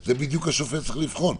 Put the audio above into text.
את זה בדיוק השופט צריך לבחון.